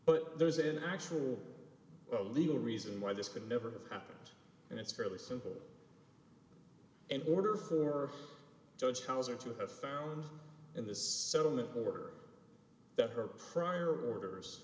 but there's an actual legal reason why this could never have happened and it's fairly simple in order for judge hauser to have found in this settlement order that her prior